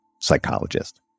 psychologist